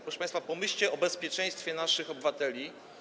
Proszę państwa, pomyślcie o bezpieczeństwie naszych obywateli.